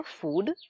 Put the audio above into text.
food